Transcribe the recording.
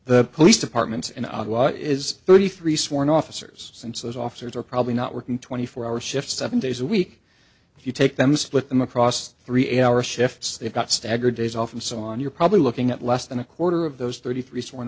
the police departments in ottawa is thirty three sworn officers since those officers are probably not working twenty four hour shifts seven days a week if you take them split them across three eight hour shifts they've got staggered days off and so on you're probably looking at less than a quarter of those thirty three sworn